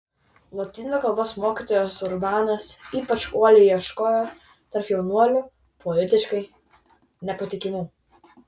lotynų kalbos mokytojas urbanas ypač uoliai ieškojo tarp jaunuolių politiškai nepatikimų